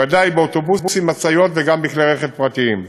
ודאי באוטובוסים ומשאיות, וגם בכלי רכב פרטיים.